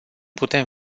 putem